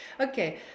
okay